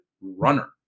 runner